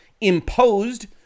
imposed